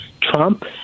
Trump